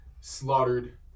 slaughtered